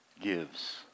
gives